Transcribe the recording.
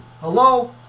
Hello